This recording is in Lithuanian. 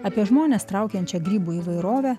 apie žmones traukiančią grybų įvairovę